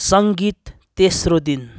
सङ्गीत तेस्रो दिन